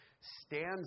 stands